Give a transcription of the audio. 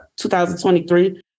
2023